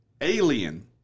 Alien